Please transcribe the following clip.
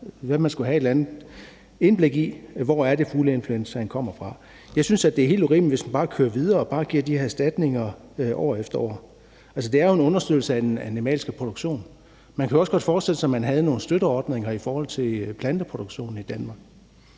være, man skulle skaffe sig et eller andet indblik i, hvor fugleinfluenzaen kommer fra. Jeg synes, at det er helt urimeligt, hvis man bare kører videre og giver de her erstatninger år efter år. Det er jo en undersøgelse af den animalske produktion. Man kunne også godt forestille sig, at man havde nogle støtteordninger i forhold til planteproduktion i Danmark.